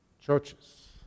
churches